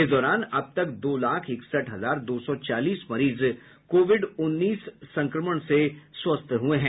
इस दौरान अबतक दो लाख इकसठ हजार दो सौ चालीस मरीज कोविड उन्नीस संक्रमण से स्वस्थ हुए हैं